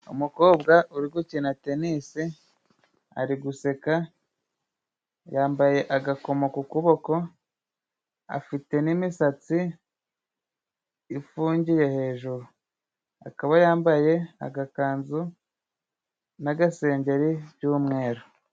Umukobwa uri gukina tennis ari guseka, yambaye agakomo ku kuboko ,afite n'imisatsi ifungiye hejuru ,akaba yambaye agakanzu n'agasengeri by'umweru.